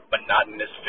monotonous